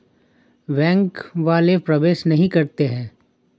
Bank वाले प्रवेश नहीं करते हैं?